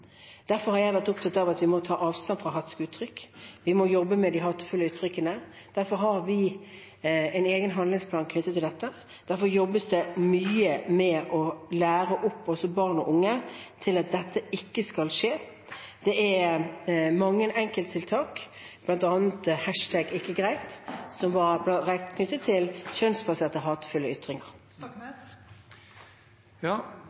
Derfor har jeg vært opptatt av at vi må ta avstand fra hatske uttrykk. Vi må jobbe med de hatefulle uttrykkene. Derfor har vi en egen handlingsplan knyttet til dette, og derfor jobbes det også mye med å lære opp barn og unge til at dette ikke skal skje. Det er mange enkelttiltak, bl.a. #ikkegreit, som er knyttet til kjønnsbaserte, hatefulle ytringer.